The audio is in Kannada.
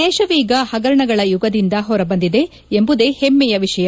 ದೇಶವೀಗ ಹಗರಣಗಳ ಯುಗದಿಂದ ಹೊರಬಂದಿದೆ ಎಂಬುದೇ ಹೆಮ್ಮೆಯ ವಿಷಯ